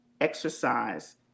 exercise